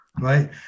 right